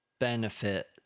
benefit